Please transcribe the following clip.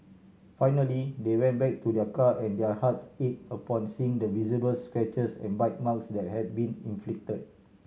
finally they went back to their car and their hearts ache upon seeing the visible scratches and bite marks that had been inflicted